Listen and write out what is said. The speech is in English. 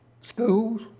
schools